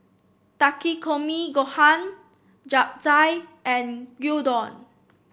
Takikomi Gohan Japchae and Gyudon